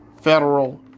federal